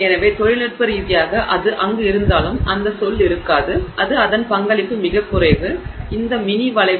எனவே தொழில்நுட்ப ரீதியாக அது அங்கு இருந்தாலும் அந்த சொல் இருக்காது அது அதன் பங்களிப்பு மிகக் குறைவு இந்த மினி வளைவு